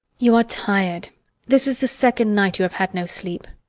you are tired this is the second night you have had no sleep.